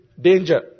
danger